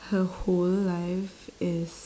her whole life is